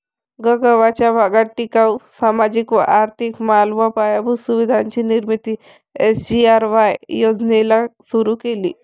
गगावाचा भागात टिकाऊ, सामाजिक व आर्थिक माल व पायाभूत सुविधांची निर्मिती एस.जी.आर.वाय योजनेला सुरु केला